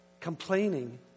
complaining